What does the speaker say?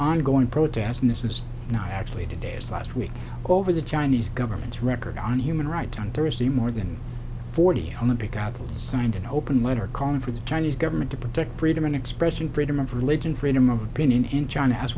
ongoing protests and this is not actually today as last week over the chinese government's record on human rights on thursday more than forty on the pick out signed an open letter calling for the chinese government to protect freedom of expression freedom of religion freedom of opinion in china as